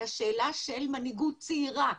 על השאלה של מנהיגות צעירה,